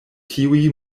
tiuj